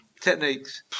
techniques